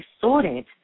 sorted